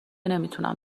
نمیتونم